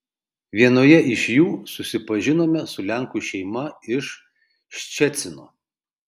vienoje iš jų susipažinome su lenkų šeima iš ščecino